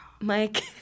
Mike